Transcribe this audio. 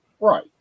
right